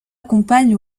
accompagnent